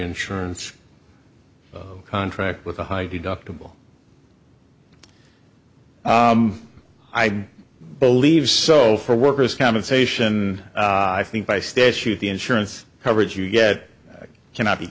insurance contract with a high deductible i believe so for workers compensation i think by statute the insurance coverage you get cannot be